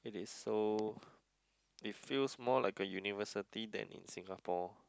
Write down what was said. it is so it feels more like a university than in Singapore